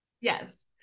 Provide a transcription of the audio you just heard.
Yes